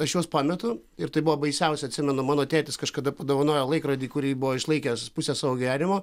aš juos pametu ir tai buvo baisiausia atsimenu mano tėtis kažkada padovanojo laikrodį kurį buvo išlaikęs pusę savo gyvenimo